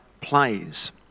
plays